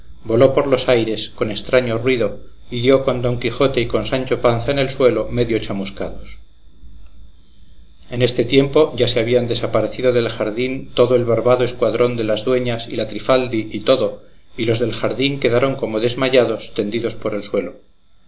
voló por los aires con estraño ruido y dio con don quijote y con sancho panza en el suelo medio chamuscados en este tiempo ya se habían desparecido del jardín todo el barbado escuadrón de las dueñas y la trifaldi y todo y los del jardín quedaron como desmayados tendidos por el suelo